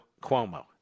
Cuomo